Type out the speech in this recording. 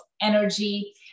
energy